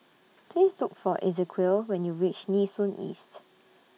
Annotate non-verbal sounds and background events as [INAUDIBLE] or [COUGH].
[NOISE] Please Look For Ezequiel when YOU REACH Nee Soon East